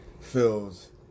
feels